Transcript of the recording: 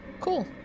Cool